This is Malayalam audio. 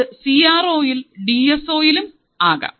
അത് സി ർ ഓയിലോ ഡി എസ് ഓയിലോ ആകാം